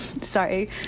sorry